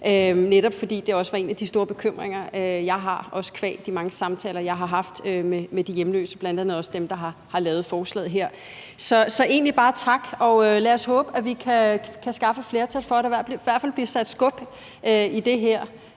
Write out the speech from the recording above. netop fordi det også er en af de store bekymringer, jeg har, også qua de mange samtaler, jeg har haft med de hjemløse, bl.a. også dem, der har lavet forslaget her. Så jeg vil egentlig bare sige tak, og lad os håbe, at vi kan skaffe et flertal for det. Der vil i hvert fald blive sat skub i det her,